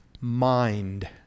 mind